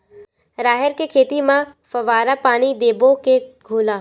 राहेर के खेती म फवारा पानी देबो के घोला?